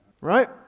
right